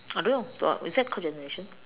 I don't know uh is that called generation